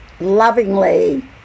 lovingly